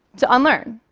to unlearn.